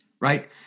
right